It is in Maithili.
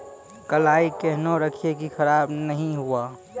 कलाई केहनो रखिए की खराब नहीं हुआ?